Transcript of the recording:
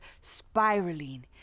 spiraling